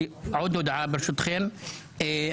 ברשותכם,